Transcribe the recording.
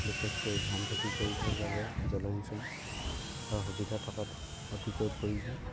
বিশেষকৈ ধান খেতি কৰিবৰ বাবে জলসিঞ্চন অৰ সুবিধা থকাটো অতিকৈ প্ৰয়োজন